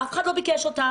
אף אחד לא ביקש אותה,